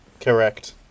Correct